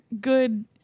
good